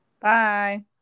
bye